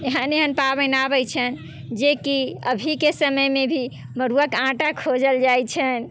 एहन एहन पाबनि आबै छन्हि जे कि अभीके समयमे भी मड़ुआके आँटा खोजल जाइ छन्हि